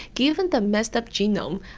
given the messed up genome,